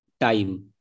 time